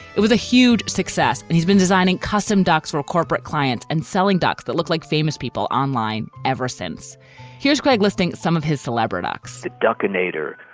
it was a huge success and he's been designing custom docs for corporate clients and selling dogs that look like famous people online ever since here's craig listing some of his celebrity docs dukkha natur,